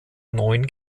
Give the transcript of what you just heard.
neun